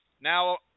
now